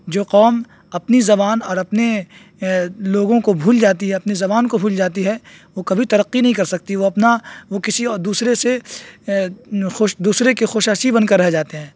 جو قوم اپنی زبان اور اپنے لوگوں کو بھول جاتی ہے اپنی زبان کو بھول جاتی ہے وہ کبھی ترقی نہیں کر سکتی وہ اپنا وہ کسی دوسرے سے دوسرے کے خشاشی بن کر رہ جاتے ہیں